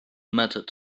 mattered